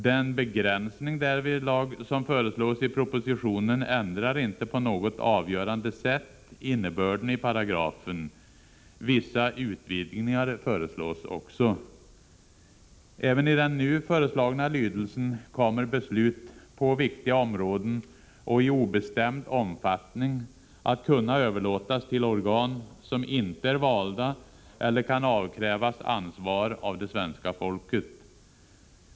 Den begränsning därvidlag som föreslås i propositionen ändrar inte på något avgörande sätt innebörden i paragrafen. Vissa utvidgningar föreslås också. Även i den nu föreslagna lydelsen kommer beslut på viktiga områden och i obestämd omfattning att kunna överlåtas till organ som inte är valda eller kan avkrävas ansvar av det svenska folket.